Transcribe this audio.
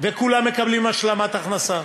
וכולם מקבלים השלמת הכנסה,